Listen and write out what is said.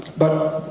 but,